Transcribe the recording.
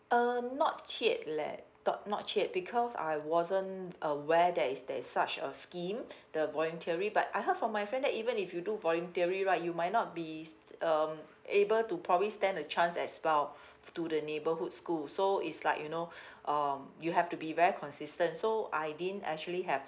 um not cheap leh not not cheap because I wasn't aware there is there is such a scheme the voluntary but I heard from my friend that even if you do voluntary right you might not be st~ um able to probably stand a chance as well to the neighbourhood school so it's like you know um you have to be very consistent so I didn't actually have